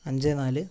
അഞ്ച് നാല്